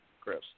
Chris